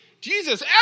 Jesus